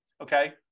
okay